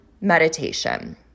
meditation